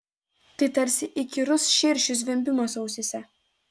tai tarsi įkyrus širšių zvimbimas ausyse